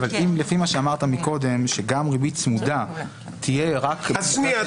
לפי מה שאמרת קודם שגם ריבית צמודה תהיה רק --- שנייה.